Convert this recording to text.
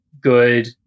good